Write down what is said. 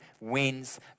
wins